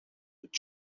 would